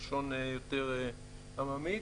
בלשון יותר עממית.